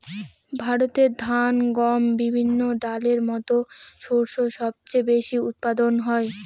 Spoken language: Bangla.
ভারতে ধান, গম, বিভিন্ন ডালের মত শস্য সবচেয়ে বেশি উৎপাদন হয়